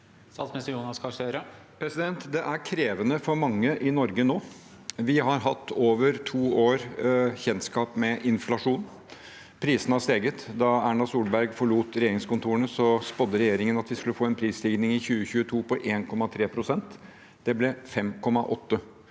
Statsminister Jonas Gahr Støre Det er krevende for mange i Norge nå. Vi har hatt over to års bekjentskap med inflasjon. Prisene har steget. Da Erna Solberg forlot regjeringskontorene, spådde regjeringen at vi skulle få en prisstigning i 2022 på 1,3 pst. – det ble 5,8 pst.